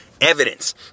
evidence